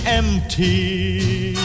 empty